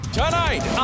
tonight